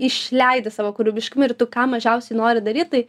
išleidi savo kūrybiškumą ir tu ką mažiausiai nori daryt tai